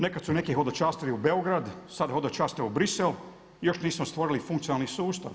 Nekad su neki hodočastili u Beograd, sad hodočaste u Bruxelles i još nismo stvorili funkcionalni sustav.